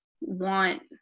want